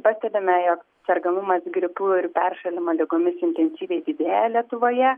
pastebime jog sergamumas gripu ir peršalimo ligomis intensyviai didėja lietuvoje